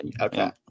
Okay